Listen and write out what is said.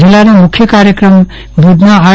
જીલ્લાનો મુખ્ય કાર્યક્રમ ભુજના આર